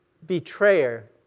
betrayer